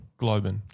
Globin